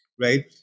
right